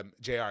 JR